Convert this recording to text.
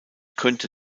könnte